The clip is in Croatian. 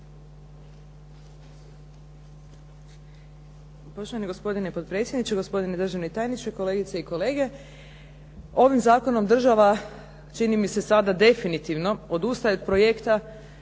Poštovani gospodine potpredsjedniče, gospodine državni tajniče, kolegice i kolege. Ovim zakonom država čini mi se sada definitivno odustaje od projekta